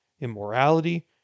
immorality